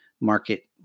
market